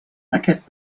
aquest